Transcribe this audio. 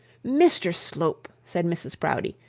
mr slope said mrs proudie,